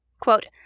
Quote